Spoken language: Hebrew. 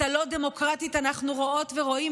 את הלא-דמוקרטית אנחנו רואות ורואים,